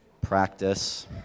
practice